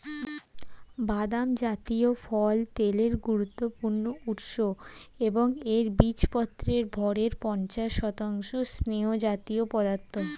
বাদাম জাতীয় ফল তেলের গুরুত্বপূর্ণ উৎস এবং এর বীজপত্রের ভরের পঞ্চাশ শতাংশ স্নেহজাতীয় পদার্থ